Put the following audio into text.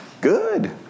good